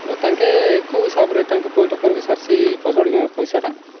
ହଉ ତାଙ୍କେ କେଉଁ ହିସାବରେ ତାଙ୍କେ ପଇଠ କରିବେ ସାର୍ ସେହି ଫସଳ ବୀମା ପଇସାଟା